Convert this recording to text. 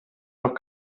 noch